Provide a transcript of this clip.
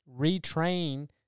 retrain